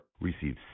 Receive